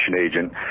agent